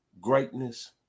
Greatness